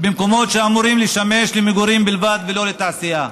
במקומות שאמורים לשמש למגורים בלבד ולא לתעשייה.